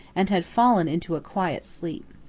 and had fallen into a quiet sleep.